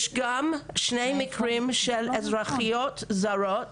יש גם שני מקרים של אזרחיות זרות.